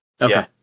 Okay